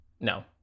No